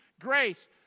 Grace